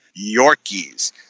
Yorkies